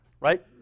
Right